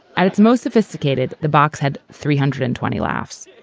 at its most sophisticated, the box had three hundred and twenty laughs.